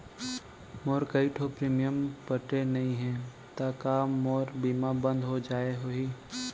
मोर कई ठो प्रीमियम पटे नई हे ता का मोर बीमा बंद हो गए होही?